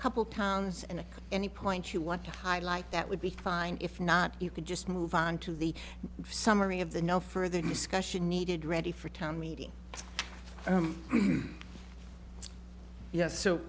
couple towns and any point you want to highlight that would be fine if not you could just move on to the summary of the no further discussion needed ready for town meeting yes